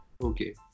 Okay